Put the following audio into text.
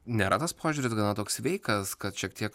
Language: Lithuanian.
nėra tas požiūris gana toks sveikas kad šiek tiek